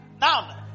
now